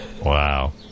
Wow